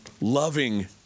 loving